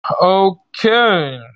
Okay